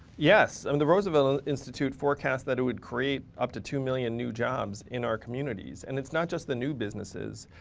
yes. i mean, the roosevelt institute forecast that it would create up to two million new jobs in our communities. and it's not just the new businesses.